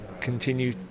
continue